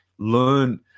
learn